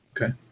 Okay